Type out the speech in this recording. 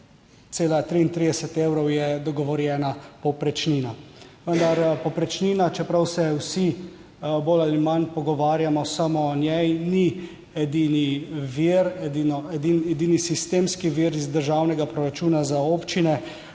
771,33 evrov je dogovorjena povprečnina, vendar povprečnina, čeprav se vsi bolj ali manj pogovarjamo samo o njej, ni edini vir, edino, edini sistemski vir iz državnega proračuna za občine,